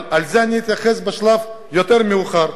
אבל לזה אני אתייחס בשלב יותר מאוחר.